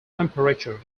temperature